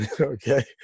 okay